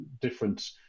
different